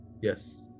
yes